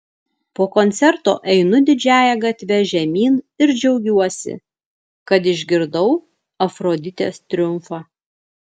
po koncerto einu didžiąja gatve žemyn ir džiaugiuosi kad išgirdau afroditės triumfą